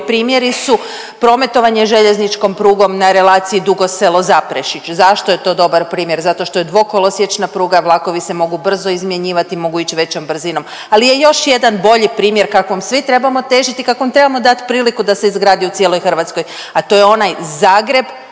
primjeri su prometovanje željezničkom prugom na relaciji Dugo Selo – Zaprešić. Zašto je to dobar primjer? Zato što je dvokolosječna pruga, vlakovi se mogu brzo izmjenjivati, mogu ići većom brzinom. Ali je još jedan bolji primjer kakvom svi trebamo težiti, kakvom trebamo dat priliku da se izgradi u cijeloj Hrvatskoj, a to je onaj Zagreb